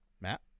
Matt